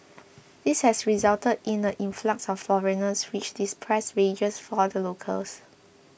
this has resulted in the influx of foreigners which depressed wages for the locals